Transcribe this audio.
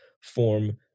form